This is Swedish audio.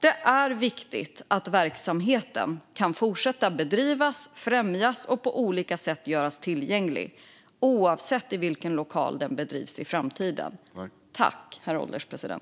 Det är viktigt att verksamheten kan fortsätta att bedrivas, främjas och på olika sätt göras tillgänglig, oavsett i vilken lokal den bedrivs i framtiden.